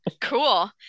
Cool